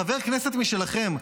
חבר כנסת משלכם,